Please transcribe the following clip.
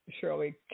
Shirley